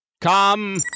Come